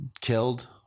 killed